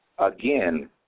Again